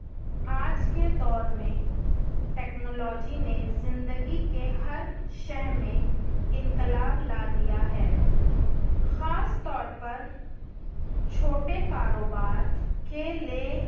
آج کے دور میں ٹیکنالوجی نے زندگی کے ہر شہ میں انقلاب لا دیا ہے خاص طور پر چھوٹے کاروبار کے لے